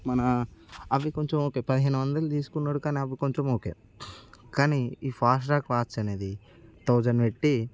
మన అవి కొంచెం ఓకే పదిహేను వందలు తీసుకున్నాడు కానీ అవి కొంచెం ఓకే కానీ ఈ ఫాస్ట్ ట్రాక్ వాచ్ అనేది థౌజండ్ పెట్టి